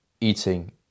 eating